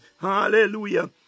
Hallelujah